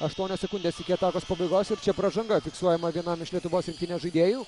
aštuonios sekundės iki atakos pabaigos čia pražanga fiksuojama vienam iš lietuvos rinktinės žaidėjų